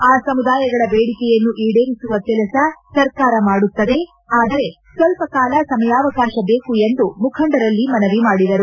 ಆ ಸಮುದಾಯಗಳ ಬೇಡಿಕೆಯನ್ನು ಈಡೇರಿಸುವ ಕೆಲಸ ಸರ್ಕಾರ ಮಾಡುತ್ತದೆ ಆದರೆ ಸ್ವಲ್ಲ ಕಾಲ ಸಮಯಾವಕಾಶ ಬೇಕು ಎಂದು ಮುಖಂಡರಲ್ಲಿ ಮನವಿ ಮಾಡಿದರು